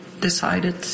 decided